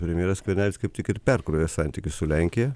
premjeras skvernelis kaip tik ir perkrovė santykius su lenkija